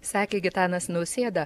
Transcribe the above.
sakė gitanas nausėda